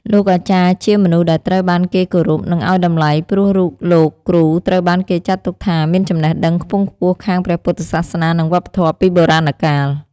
លោកអាចារ្យជាមនុស្សដែលត្រូវបានគេគោរព និងឱ្យតម្លៃព្រោះរូបលោកគ្រូត្រូវបានគេចាក់ទុកថាមានចំណេះដឹងខ្ពង់ខ្ពស់ខាងព្រះពុទ្ធសាសនានិងវប្បធម៍ពីបុរាណកាល។